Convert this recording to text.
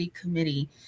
committee